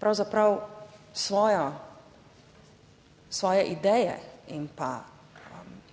pravzaprav svojo, svoje ideje